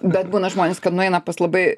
bet būna žmonės kad nueina pas labai